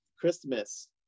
Christmas